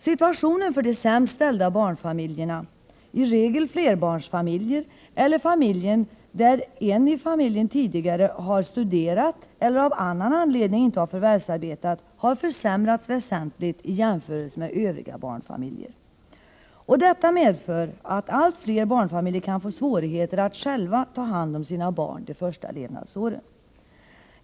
Situationen för de sämst ställda barnfamiljerna, i regel flerbarnsfamiljer, eller familjer där en i familjen tidigare har studerat eller av annan anledning inte har förvärvsarbetat, har försämrats väsentligt i jämförelse med övriga barnfamiljer. Detta medför att allt fler barnfamiljer kan få svårigheter att själva ta hand om sina barn de första levnadsåren.